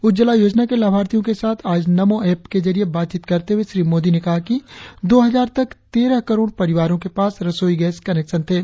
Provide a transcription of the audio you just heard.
उज्ज्वला योजना के लाभार्थियों के साथ आज नमो एप्प के जरिए बातचीत करते हुए श्री मोदी ने कहा कि दो हजार तक तेरह करोड़ परिवारों के पास रसोई गैस कनेक्शन थे